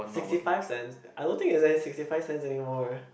sixty five cents I don't think it's sixty five cents anymore